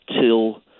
till